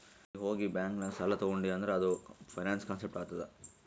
ನೀ ಹೋಗಿ ಬ್ಯಾಂಕ್ ನಾಗ್ ಸಾಲ ತೊಂಡಿ ಅಂದುರ್ ಅದು ಫೈನಾನ್ಸ್ ಕಾನ್ಸೆಪ್ಟ್ ಆತ್ತುದ್